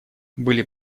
были